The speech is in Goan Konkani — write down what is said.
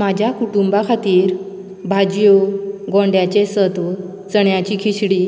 म्हाज्या कुटूंबा खातीर भाज्यो गोंड्यांचे सत्व चण्याची खिचडी